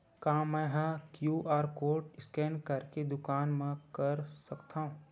का मैं ह क्यू.आर कोड स्कैन करके दुकान मा कर सकथव?